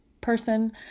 person